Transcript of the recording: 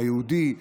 היהודי,